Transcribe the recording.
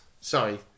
Sorry